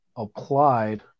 applied